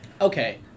Okay